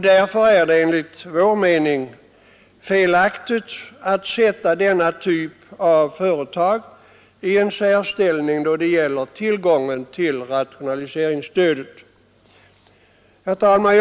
Därför är det enligt vår mening felaktigt att sätta denna typ av företag i en särställning då det gäller tillgången till rationaliseringsstödet. Herr talman!